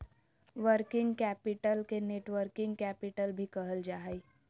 working capital के net working capital भी कहल जा हय